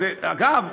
אגב,